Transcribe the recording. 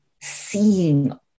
seeing